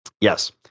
Yes